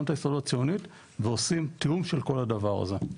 גם את ההסתדרות הציונית ועושים תיאום של כל הדבר הזה.